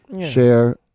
Share